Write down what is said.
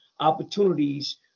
opportunities